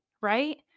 right